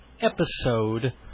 episode